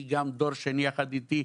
היא גם דור שני יחד איתי,